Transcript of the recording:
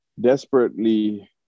desperately